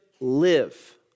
live